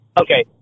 Okay